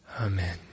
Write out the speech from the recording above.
Amen